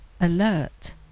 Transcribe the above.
alert